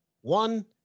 One